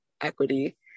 equity